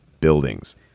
buildings